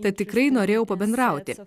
tad tikrai norėjau pabendrauti